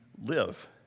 live